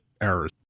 errors